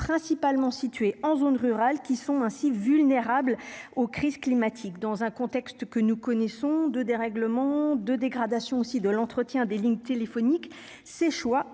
principalement situés en zone rurale qui sont ainsi vulnérables aux crises climatiques dans un contexte que nous connaissons de dérèglements de dégradation aussi de l'entretien des lignes téléphoniques ces choix